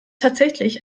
tatsächlich